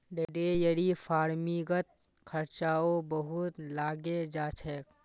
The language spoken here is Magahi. डेयरी फ़ार्मिंगत खर्चाओ बहुत लागे जा छेक